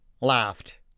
laughed